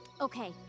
Okay